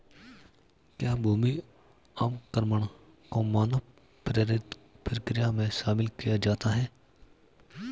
क्या भूमि अवक्रमण को मानव प्रेरित प्रक्रिया में शामिल किया जाता है?